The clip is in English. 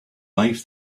life